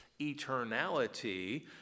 eternality